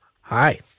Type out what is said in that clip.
Hi